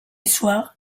soir